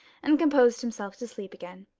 and composed himself to sleep again.